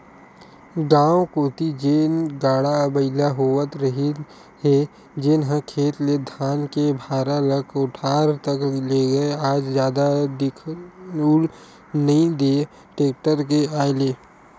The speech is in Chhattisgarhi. गाँव कोती जेन गाड़ा बइला होवत रिहिस हे जेनहा खेत ले धान के भारा ल कोठार तक लेगय आज जादा दिखउल नइ देय टेक्टर के आय ले